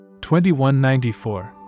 2194